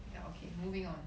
ya okay moving on